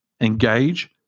engage